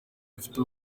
bifite